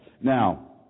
Now